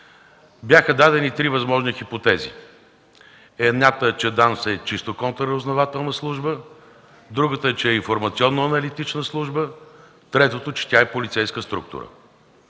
Бяха дадени три възможни хипотези – едната е, че ДАНС е чисто контраразузнавателна служба, другата – че е информационно-аналитична служба, и третото, че тя е полицейска структура.